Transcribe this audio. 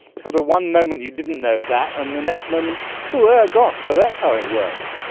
sort of one moment you didn't know that and the next moment, coo-er! gosh! so that's how it works.